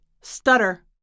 stutter